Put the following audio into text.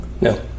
No